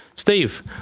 Steve